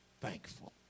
thankful